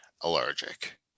allergic